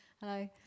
hello